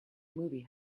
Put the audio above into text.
movie